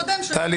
תודה.